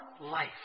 life